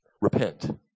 Repent